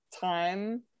time